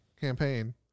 campaign